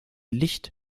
licht